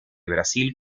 brasil